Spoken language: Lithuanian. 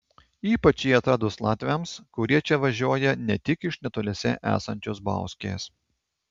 ypač jį atradus latviams kurie čia važiuoja ne tik iš netoliese esančios bauskės